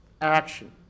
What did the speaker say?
Action